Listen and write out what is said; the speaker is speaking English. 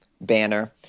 banner